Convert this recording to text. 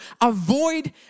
avoid